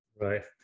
right